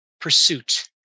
pursuit